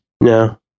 no